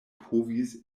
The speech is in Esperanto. povis